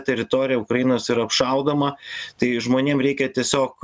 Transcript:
teritorija ukrainos yra apšaudoma tai žmonėm reikia tiesiog